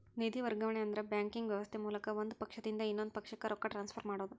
ನಿಧಿ ವರ್ಗಾವಣೆ ಅಂದ್ರ ಬ್ಯಾಂಕಿಂಗ್ ವ್ಯವಸ್ಥೆ ಮೂಲಕ ಒಂದ್ ಪಕ್ಷದಿಂದ ಇನ್ನೊಂದ್ ಪಕ್ಷಕ್ಕ ರೊಕ್ಕ ಟ್ರಾನ್ಸ್ಫರ್ ಮಾಡೋದ್